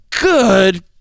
good